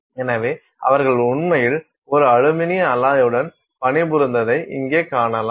எனவே அவர்கள் உண்மையில் ஒரு அலுமினிய அலாய் உடன் பணிபுரிந்ததை இங்கே காணலாம்